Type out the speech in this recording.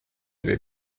vill